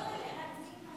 אבל קודם אתה צריך לשיר לנו.